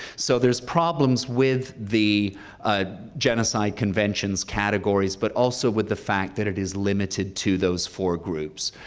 so there's problems with the ah genocide convention's categories but also with the fact that it is limited to those four groups.